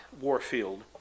Warfield